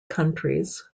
countries